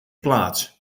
plaats